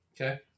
Okay